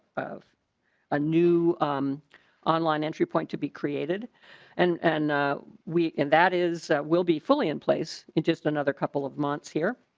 of ah a um online entry point to be created and and weekend that is that will be fully in place it just another couple of months here.